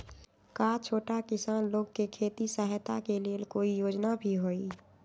का छोटा किसान लोग के खेती सहायता के लेंल कोई योजना भी हई?